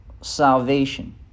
salvation